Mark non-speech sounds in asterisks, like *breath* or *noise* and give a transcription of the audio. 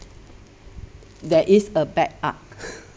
there is a bad art *breath*